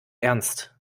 ernst